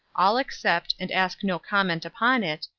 all accept, and ask no comment upon it,